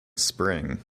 spring